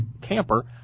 camper